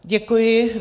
Děkuji.